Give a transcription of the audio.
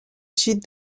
sud